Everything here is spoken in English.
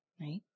right